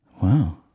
Wow